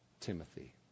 Timothy